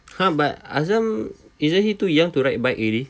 !huh! but azam isn't he too young to ride already